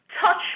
Touch